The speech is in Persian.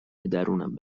درونم